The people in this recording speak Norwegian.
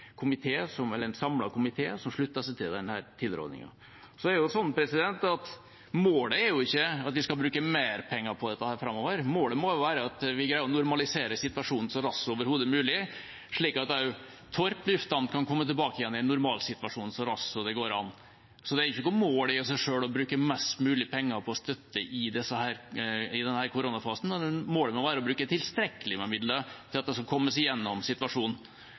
som slutter seg til denne tilrådingen. Målet er ikke at vi skal bruke mer penger på dette framover. Målet må være at vi greier å normalisere situasjonen så raskt som overhodet mulig, slik at også Sandefjord lufthavn Torp kan komme tilbake i en normalsituasjon så raskt som det går an. Det er ikke noe mål i seg selv å bruke mest mulig penger på støtte i denne koronafasen. Målet må være å bruke tilstrekkelig med midler til at de kan komme seg igjennom situasjonen.